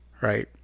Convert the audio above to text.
right